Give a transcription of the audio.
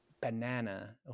banana